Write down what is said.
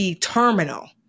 terminal